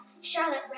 Charlotte